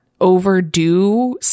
overdo